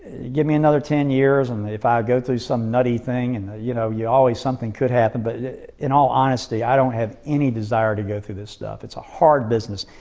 give me another ten years and if i go through some nutty thing and, you know, always something could happen, but in all honesty i don't have any desire to go through this stuff. it's a hard business.